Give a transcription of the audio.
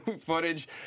footage